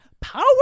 power